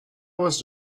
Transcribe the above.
was